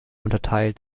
unterteilt